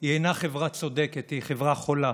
היא אינה חברה צודקת, היא חברה חולה.